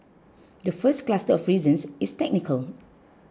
the first cluster of reasons is technical